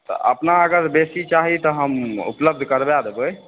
अपना अगर बेसी चाही तऽ हम उपलब्ध करवा देबै